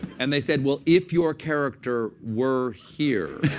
and they said, well, if your character were here,